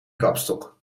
kapstok